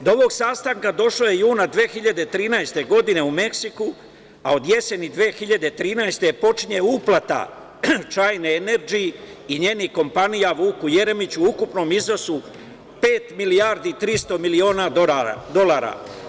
Do ovog sastanka došlo je juna 2013. godine u Meksiku, a od jeseni 2013. godine počinje uplata „Čajna enerdži“ i njenih kompanija Vuku Jeremiću u ukupnom iznosu od pet milijardi i trista miliona dolara.